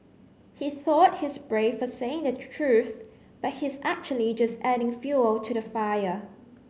he thought he's brave for saying the truth but he's actually just adding fuel to the fire